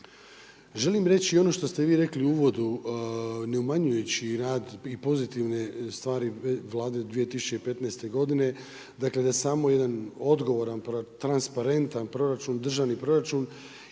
Želim reći ono što ste vi rekli u uvodu, ne umanjujući rad i pozitivne stvari Vlade 2015. godine, dakle da samo jedan odgovoran, transparentan državni proračun